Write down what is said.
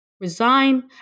Resign